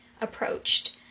approached